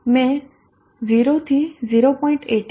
મેં 0 થી 0